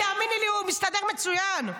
תאמיני לי, הוא מסתדר מצוין,